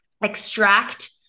extract